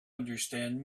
understand